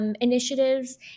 initiatives